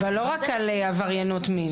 אבל לא רק על עבריינות מין.